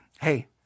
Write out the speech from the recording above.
hey